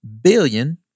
billion